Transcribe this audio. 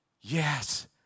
Yes